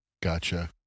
Gotcha